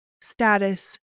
status